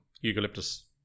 eucalyptus